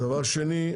דבר שני.